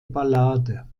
ballade